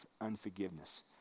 unforgiveness